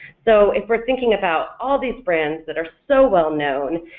so if we're thinking about all these brands that are so well-known,